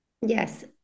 Yes